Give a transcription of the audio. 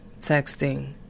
texting